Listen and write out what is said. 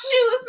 shoes